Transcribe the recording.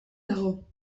dago